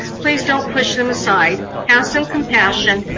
please don't push them aside. have some compassion,